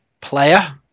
player